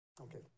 Okay